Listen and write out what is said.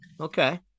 Okay